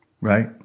right